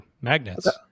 magnets